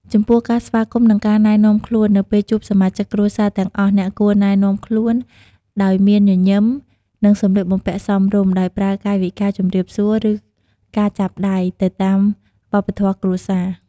ចំពោះ ការស្វាគមន៍និងការណែនាំខ្លួន នៅពេលជួបសមាជិកគ្រួសារទាំងអស់ អ្នកគួរណែនាំខ្លួនដោយមានញញឹម និងសម្លៀកបំពាក់សមរម្យ ដោយប្រើកាយវិការជំរាបសួរ ឬការចាប់ដៃ ទៅតាមវប្បធម៍គ្រួសារ។